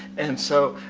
and so,